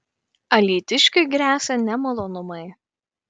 alytiškiui gresia nemalonumai